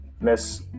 Miss